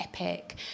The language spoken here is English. epic